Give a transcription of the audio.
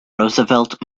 roosevelt